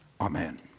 Amen